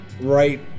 right